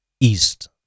east